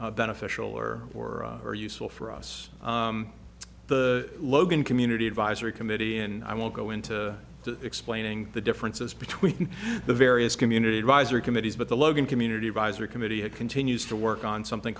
beneficial or or are useful for us the logan community advisory committee and i won't go into explaining the differences between the various community divisor committees but the logan community advisory committee it continues to work on something